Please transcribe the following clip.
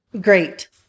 great